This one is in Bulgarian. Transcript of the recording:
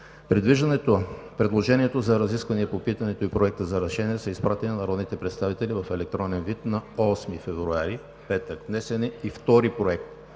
контрол. Предложението за разисквания по питането и Проекта за решение са изпратени на народните представители в електронен вид на 8 февруари, петък – внесени, и втори Проект